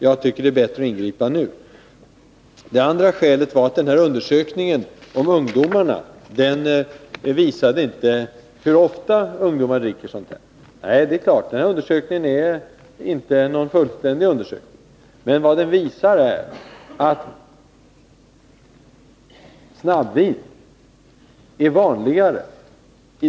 Jag tycker det är bättre att ingripa nu. Det andra skälet som Nils Carlshamre anförde var att undersökningen av ungdomens vanor inte visade hur ofta ungdomarna dricker sådant här. Nej, det är klart att den undersökningen inte är fullständig, men tendensen är klar.